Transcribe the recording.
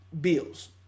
Bills